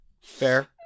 Fair